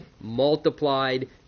multiplied